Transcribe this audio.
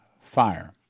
fire